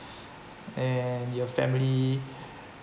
and your family